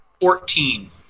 Fourteen